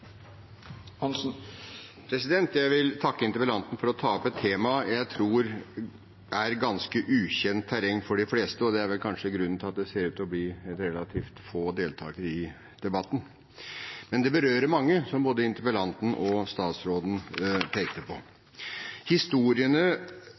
ganske ukjent terreng for de fleste – det er kanskje grunnen til at det ser ut til å bli relativt få deltakere i debatten – men det berører mange, som både interpellanten og statsråden pekte på.